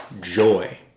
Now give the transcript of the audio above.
joy